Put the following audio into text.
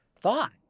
thought